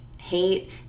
hate